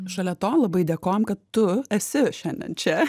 šalia to labai dėkojam kad tu esi šiandien čia